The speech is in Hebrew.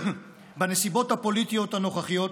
בנסיבות הפוליטיות הנוכחיות